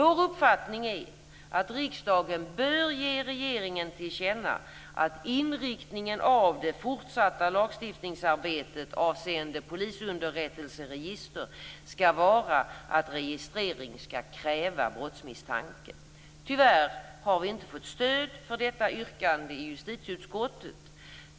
Vår uppfattning är att riksdagen bör ge regeringen till känna att inriktningen av det fortsatta lagstiftningsarbetet avseende polisunderrättelseregister skall vara att registrering skall kräva brottsmisstanke. Tyvärr har vi inte fått stöd för detta yrkande i justitieutskottet.